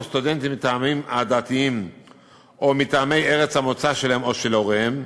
סטודנטים מטעמים עדתיים או מטעמי ארץ המוצא שלהם או של הוריהם,